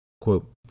Quote